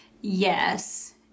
Yes